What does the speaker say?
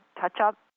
touch-up